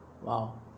!wow!